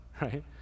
right